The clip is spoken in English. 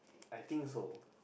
I think so